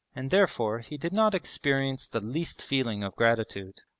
and therefore he did not experience the least feeling of gratitude.